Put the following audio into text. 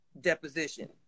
deposition